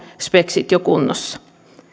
speksit jo kunnossa